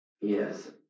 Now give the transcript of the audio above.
Yes